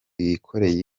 yikoreye